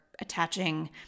attaching